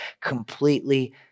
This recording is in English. completely